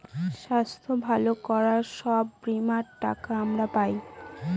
স্বাস্থ্য ভালো করার জন্য সব বীমার টাকা আমরা পায়